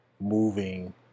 moving